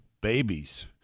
babies